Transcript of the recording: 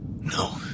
No